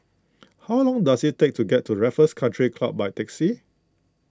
how long does it take to get to Raffles Country Club by taxi